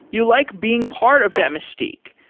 you like being part of that mystique.